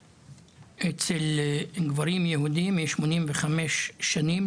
אצל גברים יהודים חיים בממוצע כ-85 שנים,